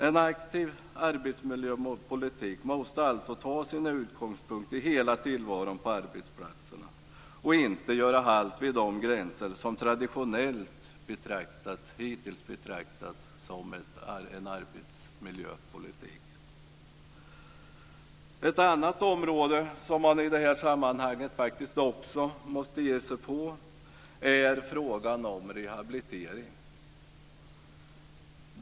En aktiv arbetsmiljöpolitik måste alltså ta sin utgångspunkt i hela tillvaron på arbetsplatserna och inte göra halt vid gränserna för det som hittills betraktats som arbetsmiljöpolitik. Ett annat område som man i det här sammanhanget faktiskt också måste ge sig in på är rehabiliteringsverksamheten.